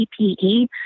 TPE